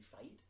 fight